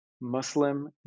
Muslim